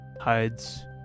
hides